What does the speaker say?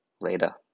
later